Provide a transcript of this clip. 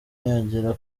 agera